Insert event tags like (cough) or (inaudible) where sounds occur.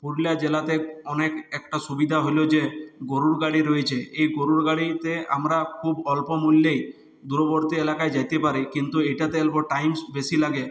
পুরুলিয়া জেলাতে অনেক একটা সুবিধা হল যে গরুর গাড়ি রয়েছে এই গরুর গাড়িতে আমরা খুব অল্প মূল্যেই দূরবর্তী এলাকায় যেতে পারি কিন্তু এটাতে (unintelligible) টাইম বেশি লাগে